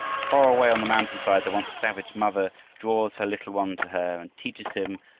far away on the mountainside, the once savage mother draws her little one to her and teaches him,